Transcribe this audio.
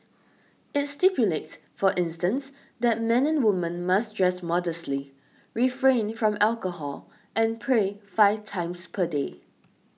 it stipulates for instance that men and women must dress modestly refrain from alcohol and pray five times per day